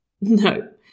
No